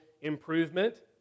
improvement